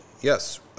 Yes